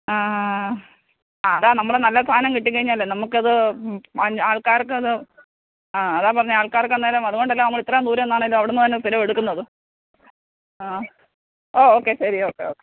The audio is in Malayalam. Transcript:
ആ ആ അതാണ് നമ്മുടെ നല്ല സാധനം കിട്ടിക്കഴിഞ്ഞാൽ നമുക്കത് ആൾക്കാർക്കത് ആ അതാണ് പറഞ്ഞത് ആൾക്കാർക്കന്നേരം അതുകൊണ്ടല്ലേ നമ്മൾ ഇത്രയും ദൂരെ നിന്നാണേലും അവിടെന്ന് തന്നെ സ്ഥിരം എടുക്കുന്നത് ആ ഓ ഓക്കെ ശരി ഓക്കെ ഓക്കെ